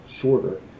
shorter